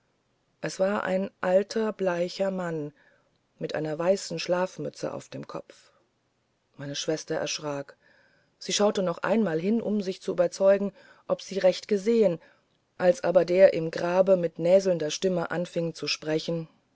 es war ein alter bleicher mann mit einer weißen schlafmütze auf dem kopf meine schwester erschrak sie schaute noch einmal hin um sich zu überzeugen ob sie recht gesehen als aber der im grabe mit näselnder stimme anfing zu sprechen